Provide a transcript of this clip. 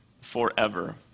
forever